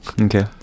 okay